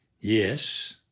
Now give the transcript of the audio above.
Yes